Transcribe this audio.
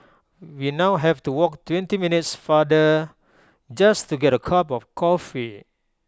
we now have to walk twenty minutes farther just to get A cup of coffee